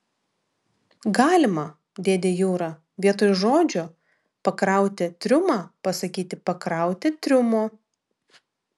galima dėde jura vietoj žodžių pakrauti triumą pasakyti pakrauti triumo